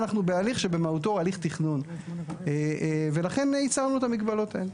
אנחנו בהליך שבמהותו הוא הליך תכנון ולכן ייצרנו את המגבלות האלה.